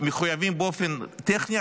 מחויבים באופן טכני,